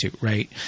right